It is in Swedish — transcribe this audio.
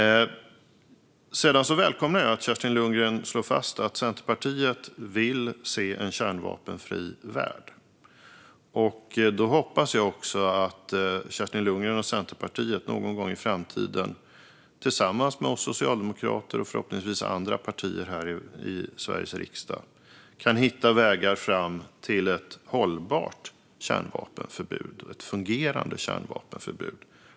Sedan välkomnar jag att Kerstin Lundgren slår fast att Centerpartiet vill se en kärnvapenfri värld. Då hoppas jag också att Kerstin Lundgren och Centerpartiet någon gång i framtiden tillsammans med oss socialdemokrater och förhoppningsvis andra partier här i Sveriges riksdag kan hitta vägar fram till ett hållbart och fungerande kärnvapenförbud.